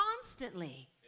constantly